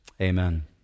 Amen